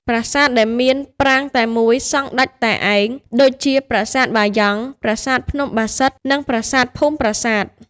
ប្រាសាទដែលមានប្រាង្គតែមួយ សង់ដាច់តែឯង ដូចជាប្រាសាទបាយ៉ង់ ប្រាសាទភ្នំបាសិទ្ធ និងប្រាសាទភូមិប្រាសាទ។